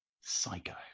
Psycho